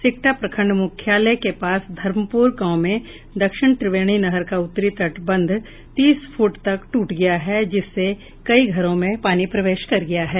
सिकटा प्रखंड मुख्यालय के पास धर्मप्रर गांव में दक्षिण त्रिवेणी नहर का उत्तरी तटबंध तीस फुट तक टूट गया है जिससे कई घरों में पानी प्रवेश कर गया है